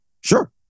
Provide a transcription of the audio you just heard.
sure